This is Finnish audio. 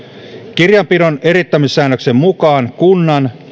kirjanpidon eriyttämissäännöksen mukaan kunnan